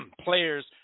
players